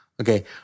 Okay